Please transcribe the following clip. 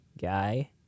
guy